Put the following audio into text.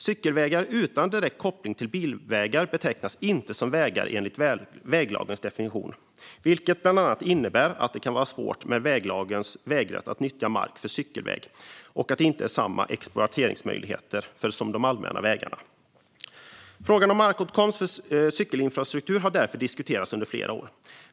Cykelvägar utan direkt koppling till bilvägar betecknas inte som vägar enligt väglagens definition, vilket bland annat innebär att det kan vara svårt att med väglagens vägrätt nyttja mark för cykelvägar och att det inte är samma exproprieringsmöjligheter som för allmänna vägar. Frågan om markåtkomst för cykelinfrastruktur har därför diskuterats under flera år.